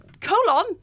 colon